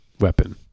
weapon